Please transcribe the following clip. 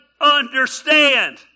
understand